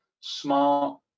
smart